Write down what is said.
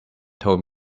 told